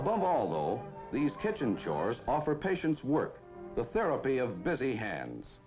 above although these kitchen chores offer patients work the therapy of busy hands